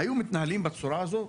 היו מתנהלים בצורה הזו?